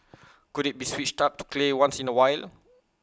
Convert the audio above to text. could IT be switched up to clay once in A while